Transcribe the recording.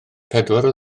pedwar